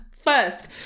first